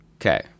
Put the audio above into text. Okay